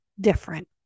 different